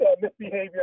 misbehavior